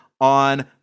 on